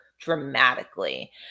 dramatically